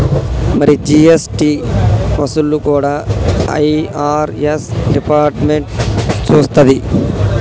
మరి జీ.ఎస్.టి వసూళ్లు కూడా ఐ.ఆర్.ఎస్ డిపార్ట్మెంట్ సూత్తది